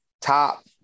top